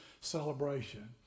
celebration